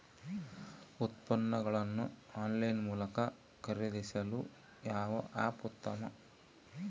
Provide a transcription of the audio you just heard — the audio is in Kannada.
ಉತ್ಪನ್ನಗಳನ್ನು ಆನ್ಲೈನ್ ಮೂಲಕ ಖರೇದಿಸಲು ಯಾವ ಆ್ಯಪ್ ಉತ್ತಮ?